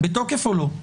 בתוקף או לא?